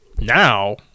Now